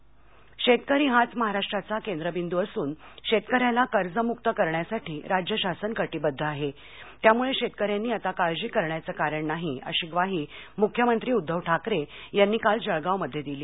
उद्धव ठाकरे जळगाव शेतकरी हाच महाराष्ट्राचा केंद्रबिंदू असून शेतकऱ्याला कर्जमुक्त करण्यासाठी राज्य शासन कटिबद्ध आहे त्यामुळे शेतकऱ्यांनी आता काळजी करण्याचं कारण नाही अशी ग्वाही मुख्यमंत्री उद्धव ठाकरे यांनी काल जळगावमध्ये दिली